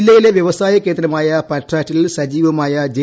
ജില്ലയിലെ വ്യവസായ കേന്ദ്രമായ പട്രാറ്റിൽ സജീവമായ ജെ